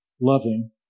loving